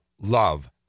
love